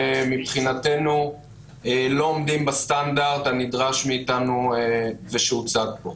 מה זה צמצום הוצאות מזון?